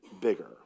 bigger